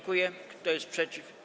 Kto jest przeciw?